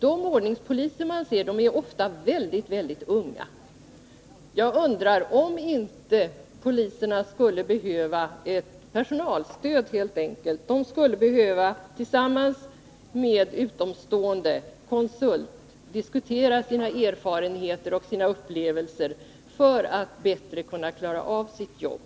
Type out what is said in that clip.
De ordningspoliser man ser är ofta mycket unga, och jag undrar därför om inte poliserna helt enkelt skulle behöva ett personalstöd. De skulle behöva få diskutera sina erfarenheter och upplevelser tillsammans med en utomstående konsult för att bättre kunna klara av sitt jobb.